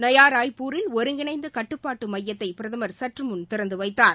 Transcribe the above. நயாராய்ப்பூரில் ஒருங்கிணைந்த கட்டுப்பாட்டு மையத்தை பிரதமர் சற்று முன் திறந்து வைத்தார்